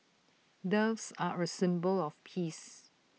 doves are A symbol of peace